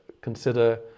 consider